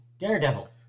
Daredevil